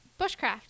Bushcraft